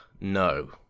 no